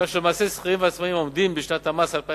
כך שלמעשה שכירים ועצמאים העומדים בשנת המס 2009